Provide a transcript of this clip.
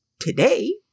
Today